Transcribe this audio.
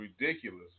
ridiculous